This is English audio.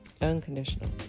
Unconditional